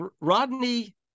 Rodney